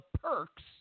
perks